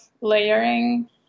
layering